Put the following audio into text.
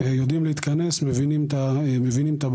יודעים להתכנס, מבינים את הבעיה.